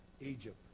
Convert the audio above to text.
Egypt